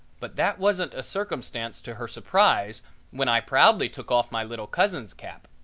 but that wasn't a circumstance to her surprise when i proudly took off my little cousin's cap.